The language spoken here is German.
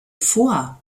vor